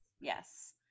Yes